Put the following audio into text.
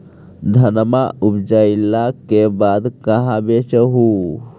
धनमा उपजाईला के बाद कहाँ बेच हू?